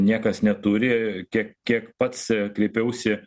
niekas neturi tiek kiek pats kreipiausi